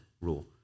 rule